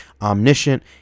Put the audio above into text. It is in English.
omniscient